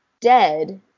dead